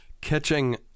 Catching